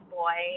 boy